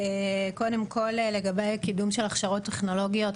קודם כול, לגבי הקידום של הכשרות טכנולוגיות.